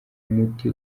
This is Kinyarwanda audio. muti